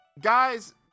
guys